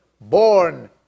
born